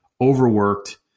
overworked